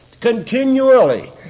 Continually